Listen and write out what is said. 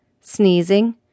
sneezing